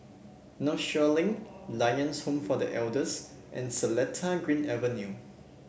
Northshore Link Lions Home for The Elders and Seletar Green Avenue